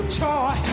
toy